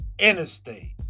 Interstate